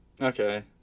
Okay